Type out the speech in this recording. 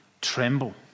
tremble